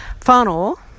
funnel